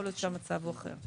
יכול להיות שהמצב הוא אחר.